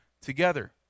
together